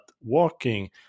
working